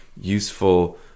useful